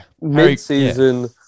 Mid-season